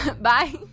Bye